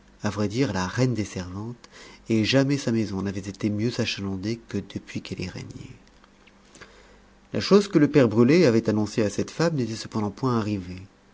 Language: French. à vrai dire la reine des servantes et jamais sa maison n'avait été mieux achalandée que depuis qu'elle y régnait la chose que le père brulet avait annoncée à cette femme n'était cependant point arrivée